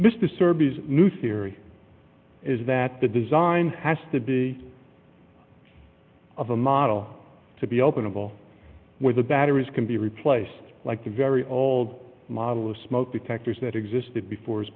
service new theory is that the design has to be of a model to be openable where the batteries can be replaced like the very old model of smoke detectors that existed before is